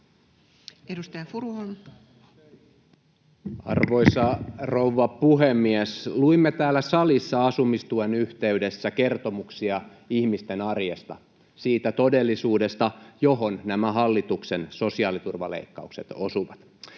Edustaja Furuholm. Arvoisa rouva puhemies! Luimme täällä salissa asumistuen yhteydessä kertomuksia ihmisten arjesta, siitä todellisuudesta, johon nämä hallituksen sosiaaliturvaleikkaukset osuvat.